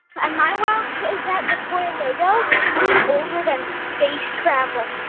and my wow is that the toy lego is older than space travel